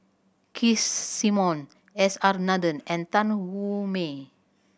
Keith Simmons S R Nathan and Tan Wu Meng